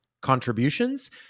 contributions